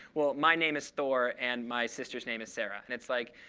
well, my name is thor, and my sister's name is sarah. and it's like,